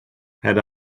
had